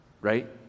right